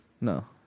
No